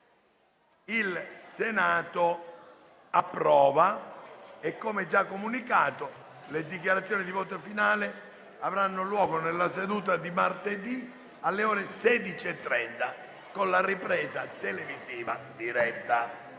Allegato B)*. Come già comunicato, le dichiarazioni di voto finale avranno luogo nella seduta di martedì prossimo, alle ore 16,30, con la ripresa televisiva diretta.